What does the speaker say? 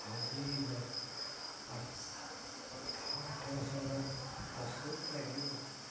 ହଁ ସେଇ ଦଶ ଆଠ ହଁ ଆଠ ଦଶ ହଜାର ଦଶ ଲାଗିବ ଆଉ